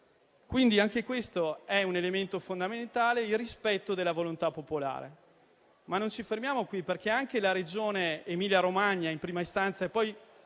Anche questo è un elemento fondamentale: il rispetto della volontà popolare. Non ci fermiamo qui, però, perché anche la Regione Emilia-Romagna, in prima istanza, e poi